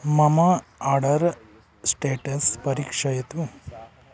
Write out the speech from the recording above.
मम order status परीक्षयतु